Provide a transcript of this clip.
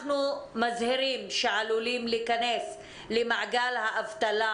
אנחנו מזהירים שעלולים להיכנס למעגל האבטלה